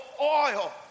oil